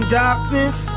darkness